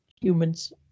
humans